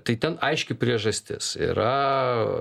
tai ten aiški priežastis yra